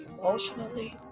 emotionally